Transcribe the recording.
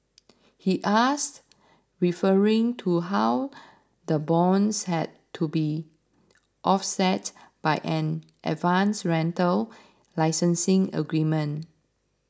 he asked referring to how the bonds had to be offset by an advance rental licensing agreement